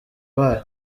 bayo